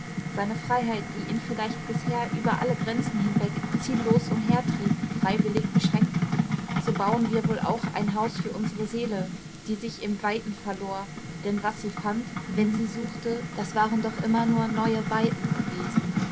seine freiheit die ihn vielleicht bisher über alle grenzen hinweg ziellos umhertrieb freiwillig beschränkend so bauen wir wohl auch ein haus für unsere seele die sich im weiten verlor denn was sie fand wenn sie suchte das waren doch immer nur neue weiten gewesen